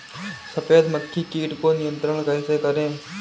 सफेद मक्खी कीट को नियंत्रण कैसे करें?